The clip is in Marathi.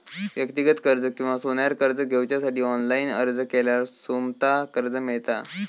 व्यक्तिगत कर्ज किंवा सोन्यार कर्ज घेवच्यासाठी ऑनलाईन अर्ज केल्यार सोमता कर्ज मेळता